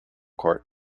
court